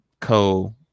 co